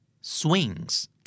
Swings